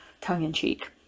tongue-in-cheek